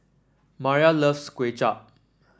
Mariah loves Kuay Chap